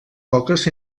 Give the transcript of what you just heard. poques